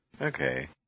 Okay